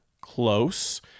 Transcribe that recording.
close